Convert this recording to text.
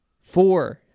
four